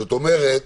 זאת אומרת,